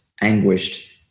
anguished